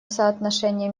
соотношения